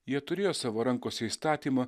jie turėjo savo rankose įstatymą